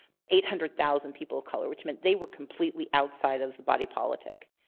but eight hundred thousand people of color, which meant they were completely outside of the body politic.